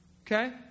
Okay